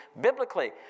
biblically